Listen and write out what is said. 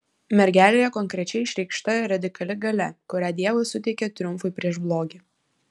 mergelėje konkrečiai išreikšta radikali galia kurią dievas suteikė triumfui prieš blogį